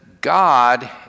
God